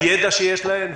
בידע שיש להן,